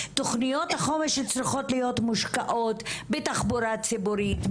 תוכניות החומש צריכות להיות מושקעות בתחבורה ציבורית,